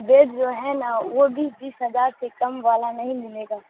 bird جو ہے نا وہ بھی بیس ہزار سے کم والا نہیں ملے گا